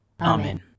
Amen